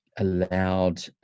allowed